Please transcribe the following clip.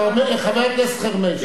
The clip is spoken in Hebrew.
חבר הכנסת חרמש,